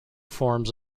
forms